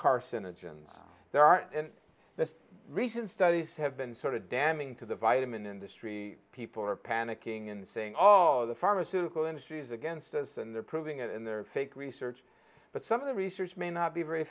carcinogens there are in the recent studies have been sort of damning to the vitamin industry people are panicking and saying oh the pharmaceutical industry is against us and they're proving it in their fake research but some of the research may not be very